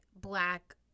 black